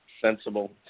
sensible